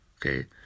Okay